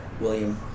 William